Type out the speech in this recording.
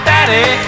Daddy